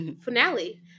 finale